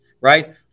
right